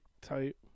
type